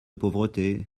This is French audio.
pauvreté